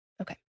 Okay